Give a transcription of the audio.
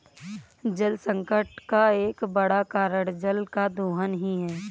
जलसंकट का एक बड़ा कारण जल का दोहन ही है